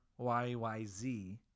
YYZ